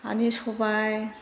हानि सबाय